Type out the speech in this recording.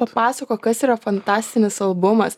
papasakok kas yra fantastinis albumas